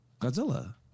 Godzilla